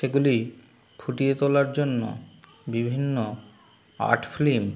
সেগুলি ফুটিয়ে তোলার জন্য বিভিন্ন আর্ট ফিল্ম